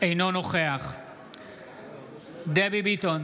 אינו נוכח דבי ביטון,